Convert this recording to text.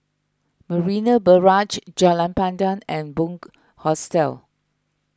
Marina Barrage Jalan Pandan and Bunc Hostel